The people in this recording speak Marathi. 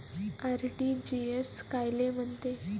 आर.टी.जी.एस कायले म्हनते?